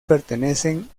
pertenecen